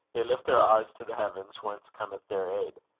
they lift their eyes to the heavens whence cometh their aid.